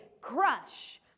crush